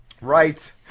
Right